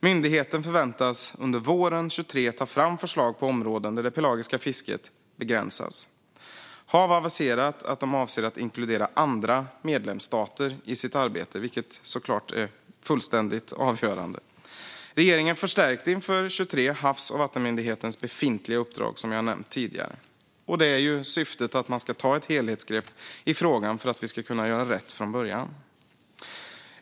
Myndigheten förväntas under våren 2023 ta fram förslag på områden där det pelagiska fisket begränsas. HaV har aviserat att man avser att inkludera andra medlemsstater i sitt arbete, vilket såklart är fullständigt avgörande. Regeringen förstärkte inför 2023 Havs och vattenmyndighetens befintliga uppdrag, som jag har nämnt tidigare. Syftet är att man ska ta ett helhetsgrepp i frågan för att vi ska kunna göra rätt från början.